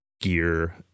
gear